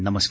नमस्कार